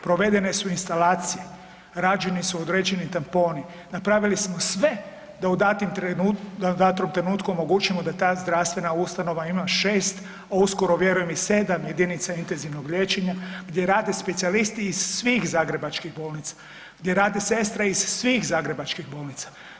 Provedene su instalacije, rađeni su određeni tamponi, napravili smo sve da u datom trenutku omogućimo da ta zdravstvena ustanova ima 6, a uskoro vjerujem i 7 jedinica intenzivnog liječenja gdje rade specijalisti iz svih zagrebačkih bolnica, gdje rade sestre iz svih zagrebačkih bolnica.